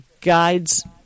guides